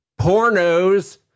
pornos